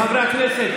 חברי הכנסת,